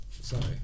Sorry